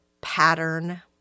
pattern